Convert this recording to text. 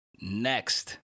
Next